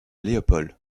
léopold